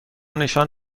نشان